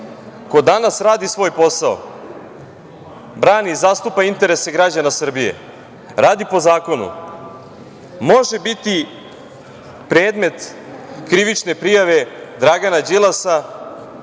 ko danas radi svoj posao, brani i zastupa interese građana Srbije, radi po zakonu može biti predmet krivične prijave Dragana Đilasa